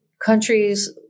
countries